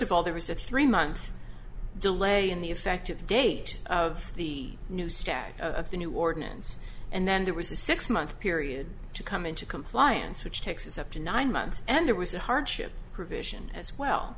of all there was a three month delay in the effective date of the new status of the new ordinance and then there was a six month period to come into compliance which takes us up to nine months and there was a hardship provision as well